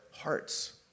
hearts